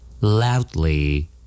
loudly